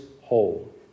whole